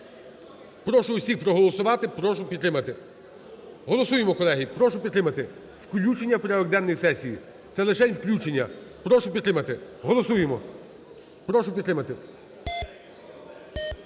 Прошу всіх голосувати, прошу підтримати. Голосуємо, колеги, прошу підтримати включення у порядок денний сесії. Це лишень включення. Прошу підтримати. Голосуємо! Прошу підтримати.